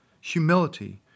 Humility